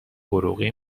عروقی